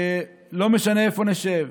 לא משנה איפה נשב,